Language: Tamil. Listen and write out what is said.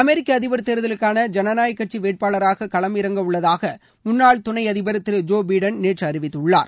அமெிக்க அதிபர் தேர்தலுக்கான ஜனநாயக கட்சி வேட்பாளராக களம் இறங்கவுள்ளதாக முன்னாள் துணை அதிபர் திரு ஜோ பீடன் நேற்று அறிவித்துள்ளார்